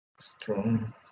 strong